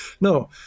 No